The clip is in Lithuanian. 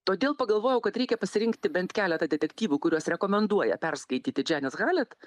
todėl pagalvojau kad reikia pasirinkti bent keletą detektyvų kuriuos rekomenduoja perskaityti dženis halet